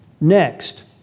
Next